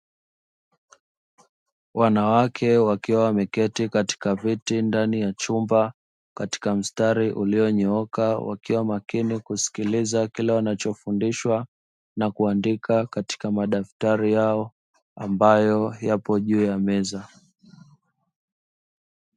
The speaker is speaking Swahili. Wanawake wakiwa wameketi katika viti ndani ya chumba katika mstari ulionyooka, wakiwa makini kusikiliza kile wanachofundishwa na kuandika katika madaftari yao ambayo yapo juu ya meza.